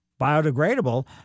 biodegradable